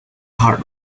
card